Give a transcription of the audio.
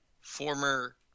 former